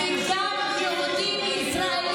על זה שהם גרים שם?